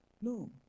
No